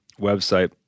website